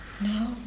no